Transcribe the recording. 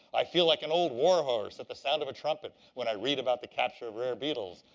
i feel like an old war-horse at the sound of a trumpet when i read about the capture of rare beetles.